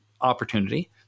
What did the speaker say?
opportunity